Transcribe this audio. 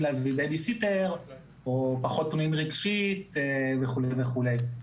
להביא בייבי-סיטר או פחות פנויים רגשית וכולי וכולי.